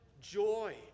joy